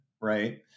right